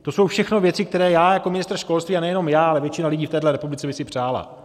To jsou všechno věci, které já jako ministr školství, a nejenom já, ale většina lidí v téhle republice by si přála.